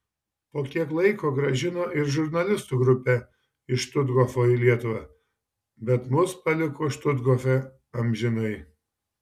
po kiek laiko grąžino ir žurnalistų grupę iš štuthofo į lietuvą bet mus paliko štuthofe amžinai